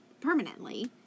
permanently